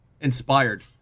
inspired